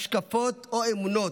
השקפות או אמונות.